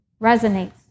resonates